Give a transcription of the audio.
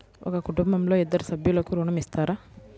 ఒక కుటుంబంలో ఇద్దరు సభ్యులకు ఋణం ఇస్తారా?